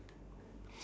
so ya